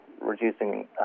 reducing